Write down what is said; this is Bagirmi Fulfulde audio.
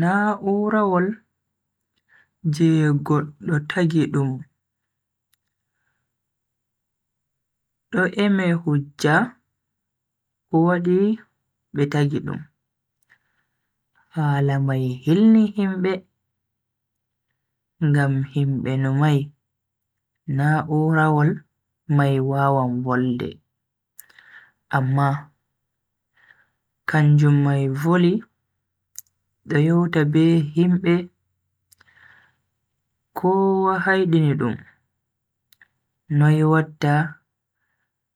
Na'urawol je goddo tagi dum do eme hujja ko wadi be tagi dum, hala mai hilni himbe. ngam himbe numai na'urawol mai wawan volde, amma kanjum mai voli do yewta be himbe kowa haidini dum noi watta